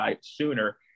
sooner